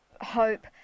hope